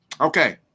Okay